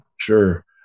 Sure